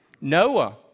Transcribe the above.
Noah